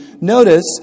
Notice